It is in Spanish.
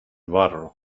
barro